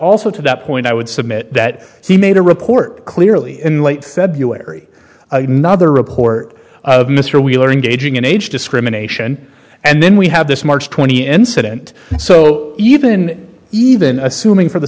also to that point i would submit that he made the report clearly in late february a nother report of mr we learn gauging age discrimination and then we have this march twenty incident so even even assuming for the